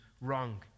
wrong